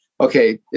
Okay